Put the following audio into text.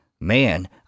Man